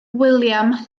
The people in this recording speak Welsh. william